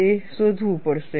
તે શોધવું પડશે